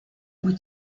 muy